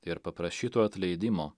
ir paprašytų atleidimo